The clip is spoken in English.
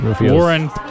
Warren